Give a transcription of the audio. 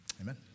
Amen